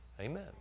Amen